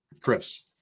Chris